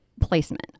placement